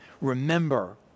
Remember